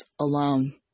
alone